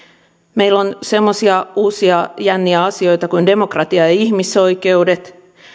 meillä on semmoisia uusia jänniä asioita kuin demokratia ja ihmisoikeudet